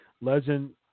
legend